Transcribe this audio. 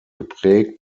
geprägt